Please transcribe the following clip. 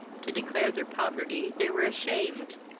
to declare their poverty they were ashamed,